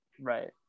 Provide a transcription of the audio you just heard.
right